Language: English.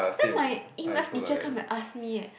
then my e-math teacher come and ask me eh